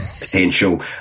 potential